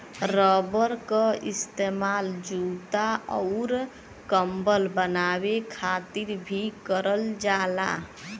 rubber क इस्तेमाल जूता आउर कम्बल बनाये खातिर भी करल जाला